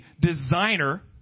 designer